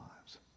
lives